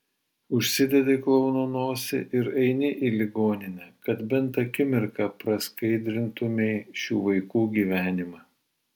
užsidedi klouno nosį ir eini į ligoninę kad bent akimirką praskaidrintumei šių vaikų gyvenimą